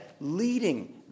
leading